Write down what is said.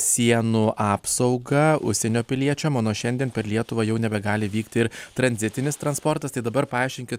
sienų apsaugą užsienio piliečiam o nuo šiandien per lietuvą jau nebegali vykti ir tranzitinis transportas tai dabar paaiškinkit